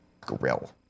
grill